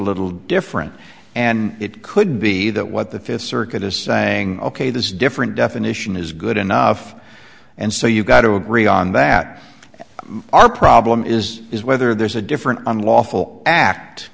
little different and it could be that what the fifth circuit is saying ok this different definition is good enough and so you've got to agree on that our problem is is whether there's a different unlawful